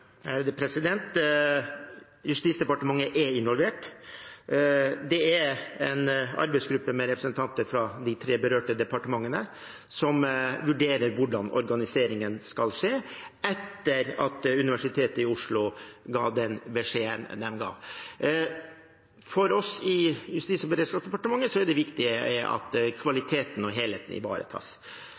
Justisdepartementet er involvert. Det er en arbeidsgruppe med representanter fra de tre berørte departementene som vurderer hvordan organiseringen skal skje etter at Universitetet i Oslo ga den beskjeden de ga. For oss i Justis- og beredskapsdepartementet er det viktig at kvaliteten og helheten ivaretas.